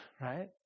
right